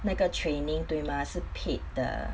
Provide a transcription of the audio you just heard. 那个 training 对 mah 是 paid 的